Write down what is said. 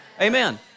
Amen